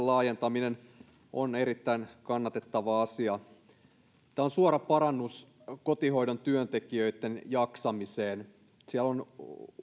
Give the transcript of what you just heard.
laajentaminen on erittäin kannatettava asia tämä on suora parannus kotihoidon työntekijöitten jaksamiseen siellä on